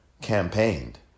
campaigned